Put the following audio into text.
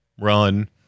run